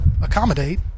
accommodate